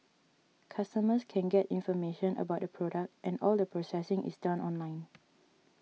customers can get information about the product and all the processing is done online